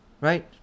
Right